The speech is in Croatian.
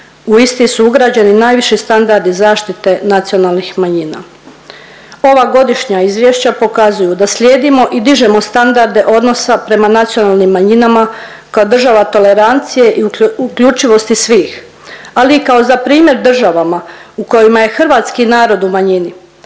u isti su ugrađeni najviši standardi zaštite nacionalnih manjina. Ova godišnja izvješća pokazuju da slijedimo i dižemo standarde odnosa prema nacionalnim manjinama kao država tolerancije i uključivosti svih, ali i kao za primjer državama u kojima je hrvatski narod u manjini